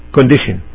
condition